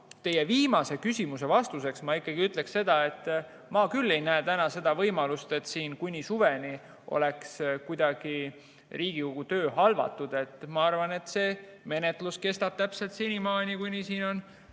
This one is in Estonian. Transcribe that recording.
teie viimase küsimuse vastuseks ma ikkagi ütleksin seda, et mina küll ei näe seda võimalust, et kuni suveni oleks kuidagi Riigikogu töö halvatud. Ma arvan, et see menetlus kestab siin täpselt senikaua, kui minule